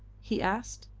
he asked.